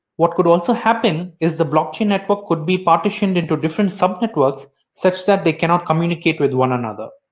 what could also happen is the blockchain network could be partitioned into different sub networks such that they cannot communicate with one another.